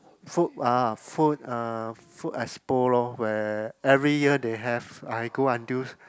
food ah food uh food expo lor where every year they have I go until